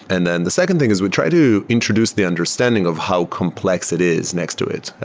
and then the second thing is we try to introduce the understanding of how complex it is next to it.